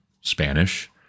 Spanish